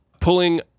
pulling